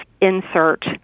insert